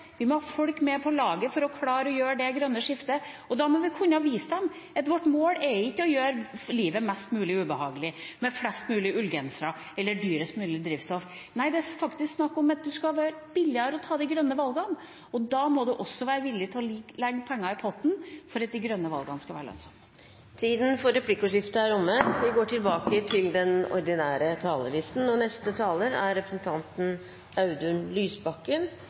Vi må ha folk med på laget for å klare å gjøre det grønne skiftet, og da må vi kunne vise dem at vårt mål er ikke å gjøre livet mest mulig ubehagelig, med flest mulig ullgensere eller dyrest mulig drivstoff. Nei, det er faktisk snakk om at det skal være billigere å ta de grønne valgene, og da må en også være villig til å legge penger i potten for at de grønne valgene skal være lønnsomme. Replikkordskiftet er omme. Vi går nå inn i det siste året med denne regjeringen, og det er